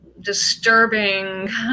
disturbing